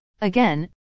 Again